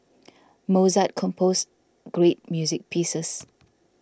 Mozart composed great music pieces